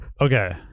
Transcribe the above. okay